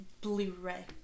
Blu-ray